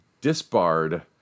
disbarred